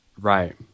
Right